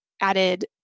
added